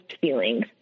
feeling